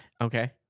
Okay